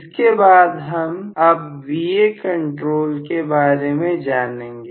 इसके बाद है अब हम Va कंट्रोल के बारे में जानेंगे